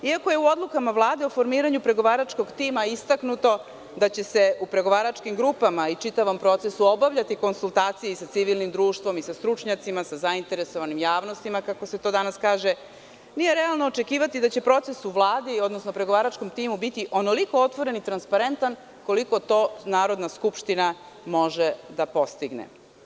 Iako je u odlukama Vlade o formiranju pregovaračkog tima istaknuto da će se u pregovaračkim grupama i čitavom procesu obavljati konsultacije i sa civilnim društvom i sa stručnjacima, sa zainteresovanim javnostima, kako se to danas kaže, nije realno očekivati da će proces u Vladi, odnosno u pregovaračkom timu biti onoliko otvoren i transparentan koliko to Narodna skupština može da postigne.